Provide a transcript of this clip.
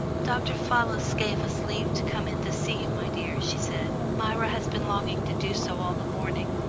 dr. fallis gave us leave to come in to see you, my dear, she said. myra has been longing to do so all the morning.